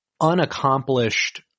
unaccomplished